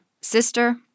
sister